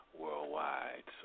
worldwide